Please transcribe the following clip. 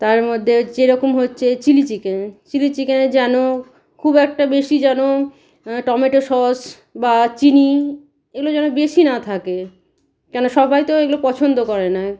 তার মধ্যে যেরকম হচ্ছে চিলি চিকেন চিলি চিকেনে যেন খুব একটা বেশি যেন টমেটো সস বা চিনি এগুলো যেন বেশি না থাকে কেনো সবাই তো এইগুলো পছন্দ করে না